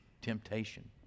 temptation